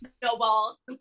snowballs